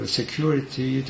security